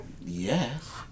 Yes